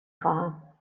خواهم